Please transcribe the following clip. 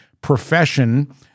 profession